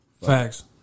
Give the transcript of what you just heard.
Facts